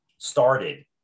started